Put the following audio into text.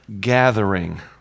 gathering